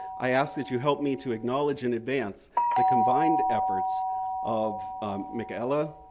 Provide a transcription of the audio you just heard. i ask that you help me to acknowledge in advance the combined efforts of michaela,